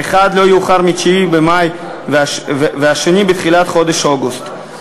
האחד לא יאוחר מב-9 במאי והשני בתחילת חודש אוגוסט.